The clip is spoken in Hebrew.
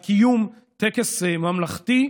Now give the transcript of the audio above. על קיום טקס ממלכתי,